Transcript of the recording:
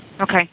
Okay